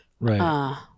Right